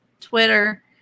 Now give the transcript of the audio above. Twitter